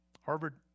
Harvard